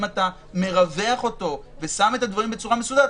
אתה מרווח אותו ושם את הדברים בצורה מסודרת,